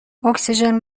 اکسیژن